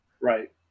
Right